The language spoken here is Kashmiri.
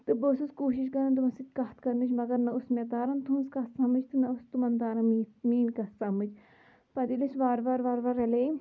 تہٕ بہٕ ٲسٕس کوٗشِش کران تِمن سۭتۍ کتھ کرنٕچ مگر نہ اوس مےٚ تران تُہٕنٛز کَتھ سمٕجھ تہٕ نہ اوس تِمن تران مےٚ میٛٲنۍ کتھ سمٕجھ پتہٕ ییٚلہِ أسۍ وارٕ وارٕ وارٕ وارٕ رَلے